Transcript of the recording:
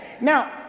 Now